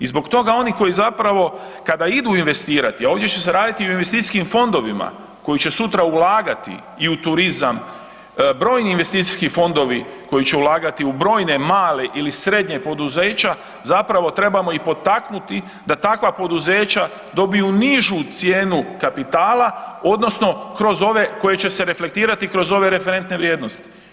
I zbog toga oni koji zapravo kada idu investirati, a ovdje će se raditi o investicijskim fondovima koji će sutra ulagati i u turizam, brojni investicijski fondovi koji će ulagati u brojna mala ili srednja poduzeća, zapravo trebamo i potaknuti da takva poduzeća dobiju nižu cijenu kapitala odnosno kroz ove koji će se reflektirati i kroz ove referentne vrijednosti.